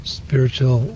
spiritual